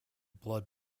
blood